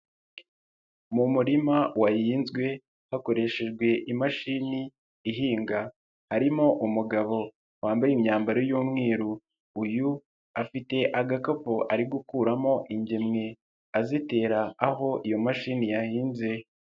Mu murima wahinzwe hakoreshejwe imashini ihinga, harimo umugabo wambaye imyambaro y'umweru, uyu afite agakapu ari gukuramo ingemwe, azitera aho iyo mashini yahinze.